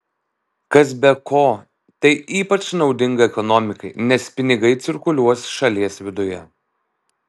kas be ko tai ypač naudinga ekonomikai nes pinigai cirkuliuos šalies viduje